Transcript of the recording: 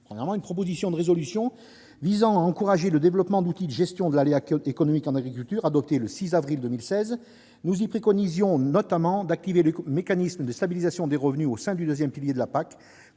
premièrement, une proposition de résolution visant à encourager le développement d'outils de gestion de l'aléa économique en agriculture, adoptée le 6 avril 2016. Nous préconisions notamment d'activer le mécanisme de stabilisation des revenus au sein du deuxième pilier de la